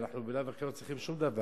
בלאו הכי אנחנו לא צריכים שום דבר.